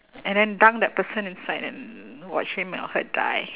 and then dunk that person inside and watch him or her die